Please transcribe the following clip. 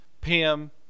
Pam